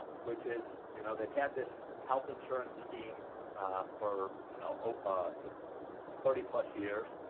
which is you know, they've had this health insurance scheme for you know ah the thirty plus years